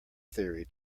theory